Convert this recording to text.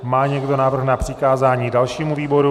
Má někdo návrh na přikázání dalšímu výboru?